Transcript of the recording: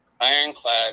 ironclad